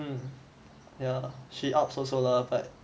mm yeah she upz also lah but